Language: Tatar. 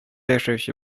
яшәүче